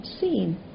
seen